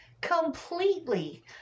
completely